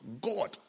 God